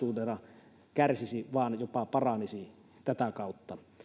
ei kokonaisuutena kärsisi vaan jopa paranisi tätä kautta